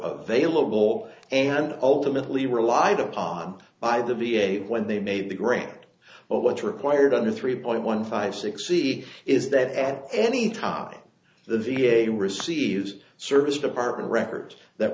available and ultimately relied upon by the v a when they made the grant but what's required under three point one five six c is that at any time the v a receives service department records that